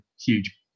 huge